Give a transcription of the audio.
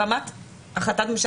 ברמת החלטת ממשלה.